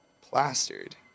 plastered